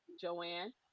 Joanne